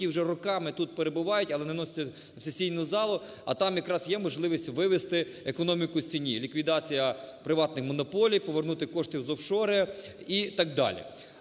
які вже роками тут перебувають, але не вносяться в сесійну залу. А там якраз є можливість вивести економіку з тіні: ліквідація приватних монополій, повернути кошти з офшорів і так далі.